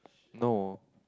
no